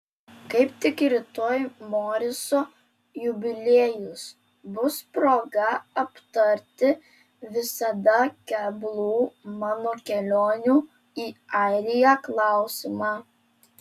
kaip tik rytoj moriso jubiliejus bus proga aptarti visada keblų mano kelionių į airiją klausimą